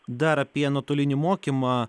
dar apie nuotolinį mokymą